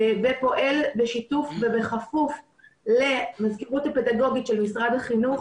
ופועל בשיתוף ובכפוף למזכירות הפדגוגית של משרד החינוך.